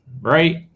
right